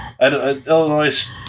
Illinois